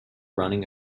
running